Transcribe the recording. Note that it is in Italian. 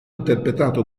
interpretato